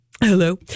hello